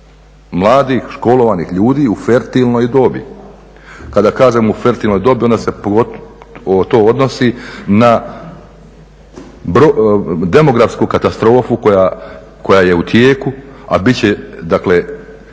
mladih, školovanih ljudi u fertilnoj dobi. Kada kažem u fertilnoj dobi, onda se to odnosi na demografsku katastrofu koja je u tijeku, a bit će dakle